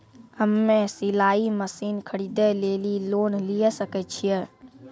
हम्मे सिलाई मसीन खरीदे लेली लोन लिये सकय छियै?